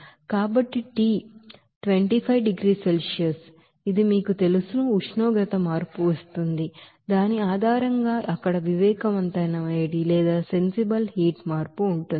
కాబట్టి టి 25 డిగ్రీల సెల్సియస్ ఇది మీకు తెలుసు ఉష్ణోగ్రత మార్పును ఇస్తుంది దాని ఆధారంగా అక్కడ ಸೆನ್ಸಿಬಲ್ ಹೀಟ್ ಚೇಂಜ್ ఉంటుంది